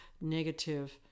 negative